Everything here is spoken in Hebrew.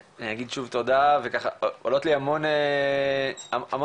אני אגיד שוב תודה, וככה עולות לי המון שאלות,